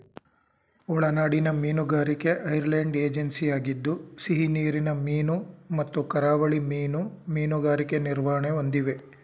ಒಳನಾಡಿನ ಮೀನುಗಾರಿಕೆ ಐರ್ಲೆಂಡ್ ಏಜೆನ್ಸಿಯಾಗಿದ್ದು ಸಿಹಿನೀರಿನ ಮೀನು ಮತ್ತು ಕರಾವಳಿ ಮೀನು ಮೀನುಗಾರಿಕೆ ನಿರ್ವಹಣೆ ಹೊಂದಿವೆ